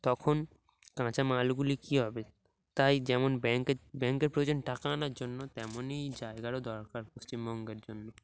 তখন কাঁচামালগুলি কী হবে তাই যেমন ব্যাংকের ব্যাংকের প্রয়োজন টাকা আনার জন্য তেমনই জায়গারও দরকার পশ্চিমবঙ্গের জন্য